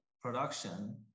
production